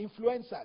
influencers